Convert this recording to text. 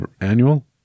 Annual